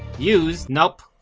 used? nope!